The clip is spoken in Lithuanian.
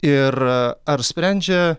ir ar sprendžia